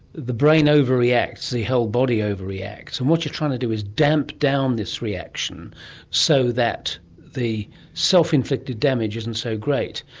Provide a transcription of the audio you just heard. the brain overreacts, the whole body overreacts, and what you're trying to do is damp down this reaction so that the self-inflicted damage isn't so great.